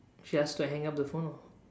she asked to hang up the phone or